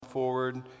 Forward